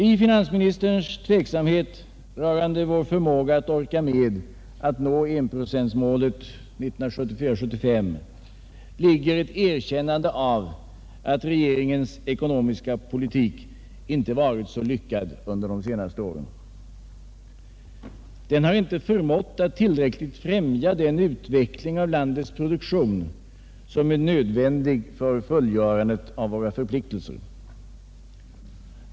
I finansministerns tveksamhet rörande vår förmåga att orka med att nå 1-procentsmålet 1974/75 ligger ett erkännande av att regeringens ekonomiska politik inte har varit så lyckad under de senaste åren. Den har inte förmått att tillräckligt främja den utveckling av landets produktion som är nödvändig för fullgörandet av våra förpliktelser.